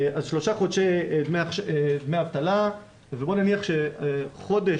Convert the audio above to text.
על שלושה חודשי דמי אבטלה ובוא נניח שחודש